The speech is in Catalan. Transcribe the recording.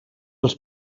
als